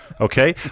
Okay